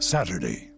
Saturday